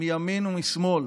מימין ומשמאל